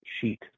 sheet